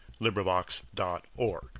LibriVox.org